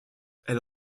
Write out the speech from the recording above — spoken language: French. elle